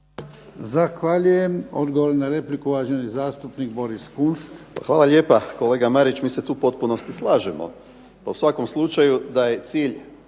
Zahvaljujem. Odgovor na repliku, uvaženi zastupnik Boris Kunst. **Kunst, Boris (HDZ)** Hvala lijepa, kolega Marić mi se tu u potpunosti slažemo. U svakom slučaju da je cilj,